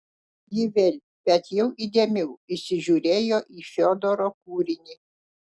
ji vėl bet jau įdėmiau įsižiūrėjo į fiodoro kūrinį